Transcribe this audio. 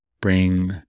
bring